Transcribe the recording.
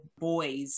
boys